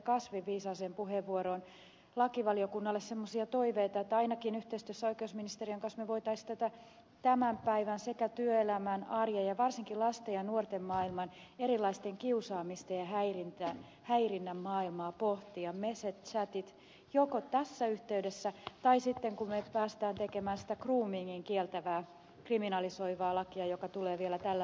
kasvin viisaaseen puheenvuoroon viitaten esittäisin lakivaliokunnalle semmoisia toiveita että ainakin yhteistyössä oikeusministeriön kanssa me voisimme tätä tämän päivän sekä työelämän että arjen ja varsinkin lasten ja nuorten maailman erilaisten kiusaamisten ja häirinnän maailmaa pohtia on meset tsätit joko tässä yhteydessä tai sitten kun pääsemme tekemään sitä groomingin kieltävää kriminalisoivaa lakia joka tulee vielä tällä vaalikaudella